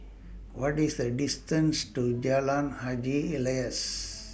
What IS The distance to Jalan Haji Alias